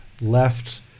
left